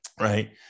right